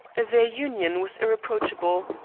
their union was irreproachable,